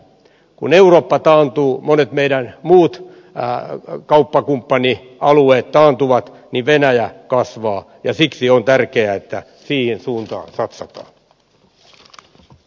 kun eurooppa taantuu monet meidän muut kauppakumppanialueet taantuvat niin venäjä kasvaa ja siksi on tärkeää että siihen suuntaan satsataan